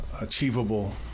achievable